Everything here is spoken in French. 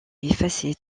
effacer